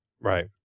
Right